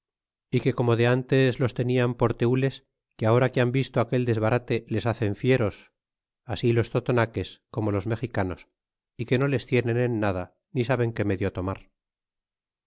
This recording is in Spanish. que como de ntes los tenian por tenles que ahora que han visto aquel desbarate les hacen fieros así los totonaques como los mexicanos y que no les tienen en nada ni saben qué remedio tomar